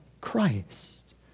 Christ